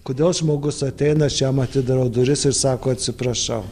kodėl žmogus ateina aš jam atidarau duris ir sako atsiprašau